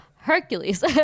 hercules